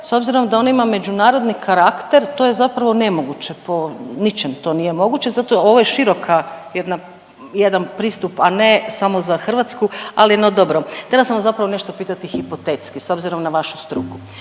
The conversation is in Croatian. s obzirom da on ima međunarodni karakter to je zapravo nemoguće po ničem to nije moguće. Zato ovo je široka jedna, jedan pristup a ne samo za Hrvatsku, ali no dobro. Htjela sam vas zapravo nešto pitati hipotetski s obzirom na vašu struku?